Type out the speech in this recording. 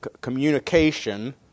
communication